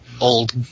old